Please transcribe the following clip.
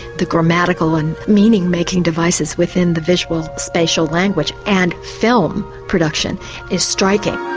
the grammatical and meaning-making devices within the visual spatial language and film production is striking.